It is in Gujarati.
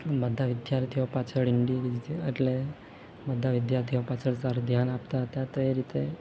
બધા વિદ્યાર્થીઓ પાછળ ઇન્ડીવ્યુઝઅલ એટલે બધા વિદ્યાર્થીઓ પાછળ સારું ધ્યાન આપતા હતા તે રીતે